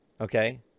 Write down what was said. okay